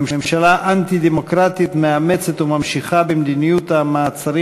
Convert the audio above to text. ממשלה אנטי-דמוקרטית מאמצת וממשיכה את מדיניות המעצרים